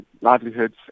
livelihoods